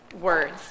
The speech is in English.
words